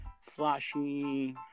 flashy